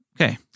Okay